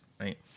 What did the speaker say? right